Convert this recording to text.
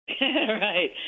Right